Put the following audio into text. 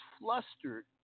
flustered